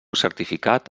certificat